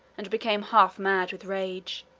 and became half mad with rage.